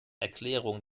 erklärung